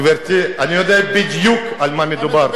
גברתי, אני יודע בדיוק על מה מדובר.